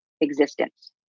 existence